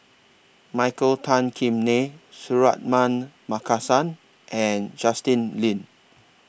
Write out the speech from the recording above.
Michael Tan Kim Nei Suratman Markasan and Justin Lean